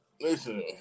Listen